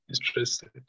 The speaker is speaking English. interested